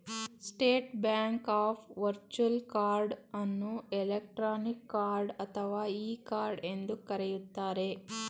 state bank of virtual card ಅನ್ನು electronic card ಅಥವಾ e card ಎಂದು ಕರೆಯುತ್ತಾರೆ